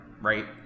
right